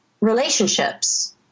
relationships